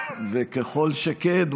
ככל שכן,